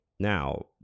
Now